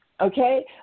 Okay